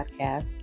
podcast